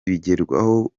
bikagerwaho